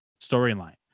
storyline